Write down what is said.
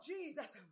Jesus